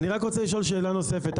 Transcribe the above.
אני רק רוצה לשאול שאלה נוספת.